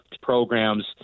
programs